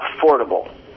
affordable